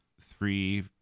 three